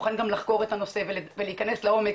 מוכן גם לחקור את הנושא ולהיכנס לעומק,